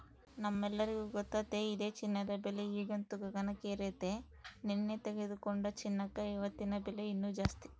ನಮ್ಮೆಲ್ಲರಿಗೂ ಗೊತ್ತತೆ ಇದೆ ಚಿನ್ನದ ಬೆಲೆ ಈಗಂತೂ ಗಗನಕ್ಕೇರೆತೆ, ನೆನ್ನೆ ತೆಗೆದುಕೊಂಡ ಚಿನ್ನಕ ಇವತ್ತಿನ ಬೆಲೆ ಇನ್ನು ಜಾಸ್ತಿ